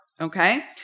Okay